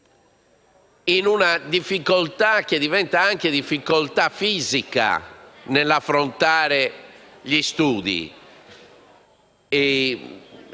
in una difficoltà che diventa anche difficoltà fisica nell'affrontare gli studi. Il